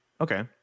okay